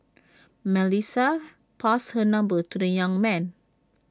Melissa passed her number to the young man